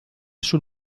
sul